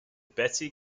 betsy